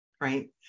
right